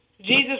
Jesus